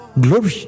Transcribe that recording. Glory